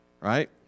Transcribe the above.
Right